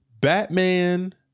Batman